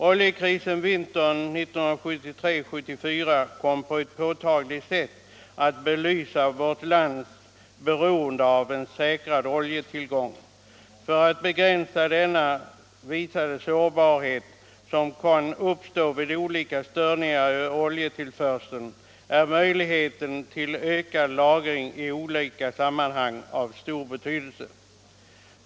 Oljekrisen vintern 1973-1974 kom på ett påtagligt sätt att belysa vårt lands beroende av en säkrad oljetillgång. För att begränsa denna visade sårbarhet som kan uppstå genom olika störningar i oljetillförseln är möjligheten till ökad lagring i olika sammanhang av stor betydelse.